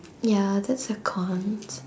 ya that's a cons